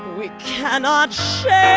we cannot share